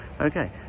Okay